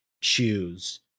choose